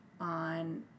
on